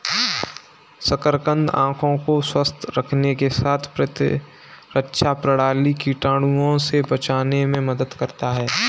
शकरकंद आंखों को स्वस्थ रखने के साथ प्रतिरक्षा प्रणाली, कीटाणुओं से बचाने में मदद करता है